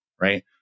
right